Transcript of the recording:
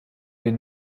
den